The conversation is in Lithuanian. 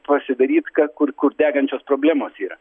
pasidaryt ką kur kur degančios problemos yra